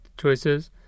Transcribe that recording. choices